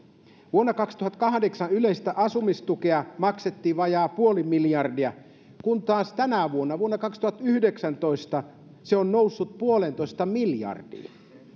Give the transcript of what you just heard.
vuonna kaksituhattakahdeksan yleistä asumistukea maksettiin vajaa puoli miljardia kun taas tänä vuonna vuonna kaksituhattayhdeksäntoista se on noussut puoleentoista miljardiin